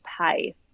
pay